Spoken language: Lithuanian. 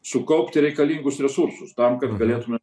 sukaupti reikalingus resursus tam kad galėtume